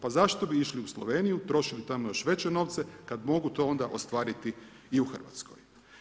Pa zašto bi išli u Sloveniju, trošili tamo još veće novce kad mogu to onda ostvariti i u Hrvatskoj.